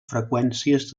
freqüències